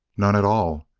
none at all.